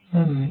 നന്ദി